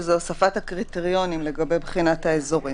שזה הוספת הקריטריונים לגבי בחינת האזורים,